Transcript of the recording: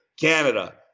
Canada